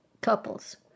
couples